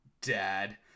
dad